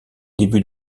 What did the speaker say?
début